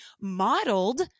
modeled